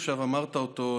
עכשיו אמרת אותו,